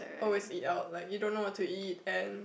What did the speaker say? always eat out like you don't know what to eat and